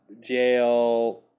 jail